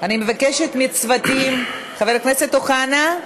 אני מבקשת מהצוותים, חבר הכנסת אוחנה,